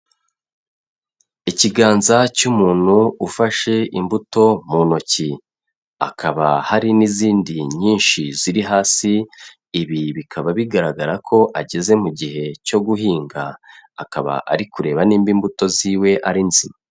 Ikiganza cy'umuntu ufashe imbuto mu ntoki, hakaba hari n'izindi nyinshi ziri hasi, ibi bikaba bigaragara ko ageze mu gihe cyo guhinga, akaba ari kureba niba imbuto ziwe ari nzima.